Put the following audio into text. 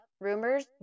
rumors